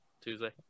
Tuesday